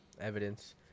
evidence